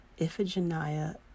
Iphigenia